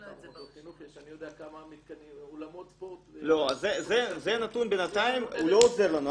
אני יודע כמה אולמות ספורט --- זה נתון שבינתיים לא עוזר לנו.